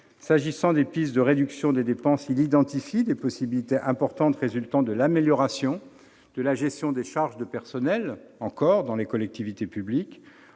S'agissant des pistes de réduction des dépenses, il identifie des possibilités importantes résultant de l'amélioration de la gestion des charges de personnel dans les collectivités publiques.